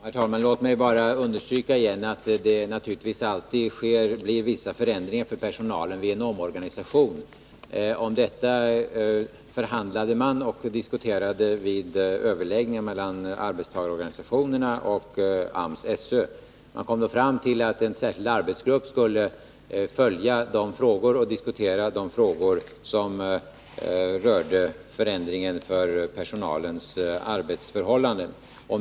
Herr talman! Låt mig bara igen understryka att det naturligtvis alltid blir vissa förändringar för personalen vid en omorganisation. Om detta förhandlade man vid överläggningar mellan å ena sidan arbetstagarorganisationerna och å andra sidan AMS och SÖ. Man kom då fram till att en särskild arbetsgrupp skulle följa och diskutera de frågor som rörde förändringar i personalens arbetsförhållanden.